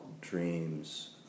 dreams